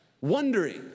wondering